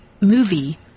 movie